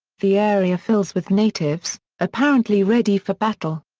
the area fills with natives, apparently ready for battle.